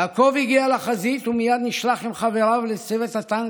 יעקב הגיע לחזית ומייד נשלח עם חבריו לצוות הטנק,